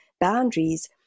boundaries